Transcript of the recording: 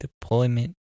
Deployment